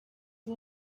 the